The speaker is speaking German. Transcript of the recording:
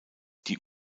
die